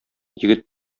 егет